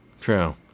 true